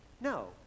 No